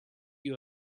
you